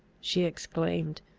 she exclaimed,